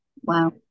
Wow